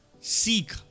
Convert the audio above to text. seek